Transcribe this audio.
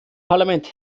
parlament